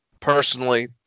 personally